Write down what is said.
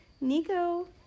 Nico